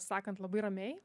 sakant labai ramiai